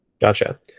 Gotcha